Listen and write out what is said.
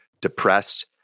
depressed